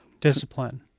Discipline